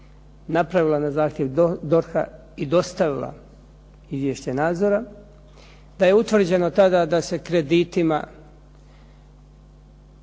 napravila na zahtjev DORH-a i dostavila izvješće nadzora. Da je utvrđeno tada da se kreditima